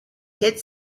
hit